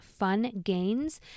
FUNGAINS